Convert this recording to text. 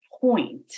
point